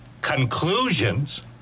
conclusions